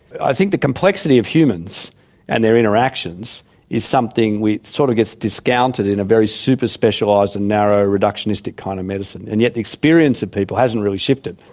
i think the complexity of humans and their interactions is something which sort of gets discounted in a very super-specialised and narrow reductionistic kind of medicine, and yet experience of people hasn't really shifted.